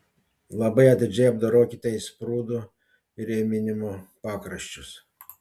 labai atidžiai apdorokite įsprūdų įrėminimo pakraščius